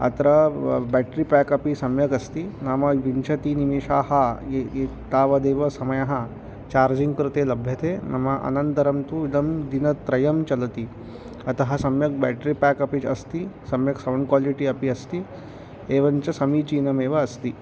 अत्र ब battery pack अपि सम्यक् अस्ति नाम विंशतिनिमिषाः तावदेव समयः चार्जिङ्ग् कृते लभ्यते नाम अनन्तरं तु इदं दिनत्रयं चलति अतः सम्यक् ब्याट्रि प्याक् अपि अस्ति सम्यक् सौण्ड् क्वालिटि अपि अस्ति एवञ्च समीचीनमेव अस्ति